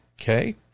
Okay